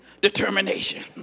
determination